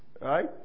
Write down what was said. Right